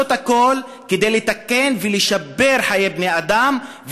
ומתרגם:) לעשות הכול כדי לתקן ולשפר חיי בני-אדם,